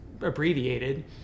abbreviated